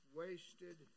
wasted